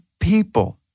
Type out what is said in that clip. People